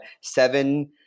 seven